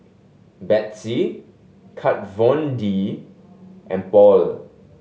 Betsy Kat Von D and Paul